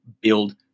build